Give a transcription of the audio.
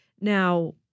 Now